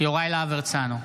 יוראי להב הרצנו,